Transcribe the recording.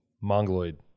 mongoloid